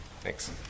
Thanks